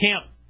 Camp